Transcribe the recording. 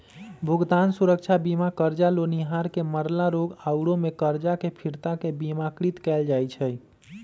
भुगतान सुरक्षा बीमा करजा लेनिहार के मरला, रोग आउरो में करजा के फिरता के बिमाकृत कयल जाइ छइ